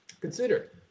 Consider